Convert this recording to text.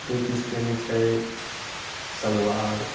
ladies पेनहइ छै सलवार